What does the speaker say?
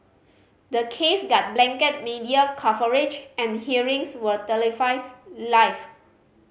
the case got blanket media coverage and hearings were televised live